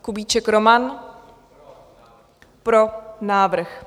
Kubíček Roman: Pro návrh.